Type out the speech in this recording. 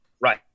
Right